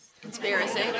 Conspiracy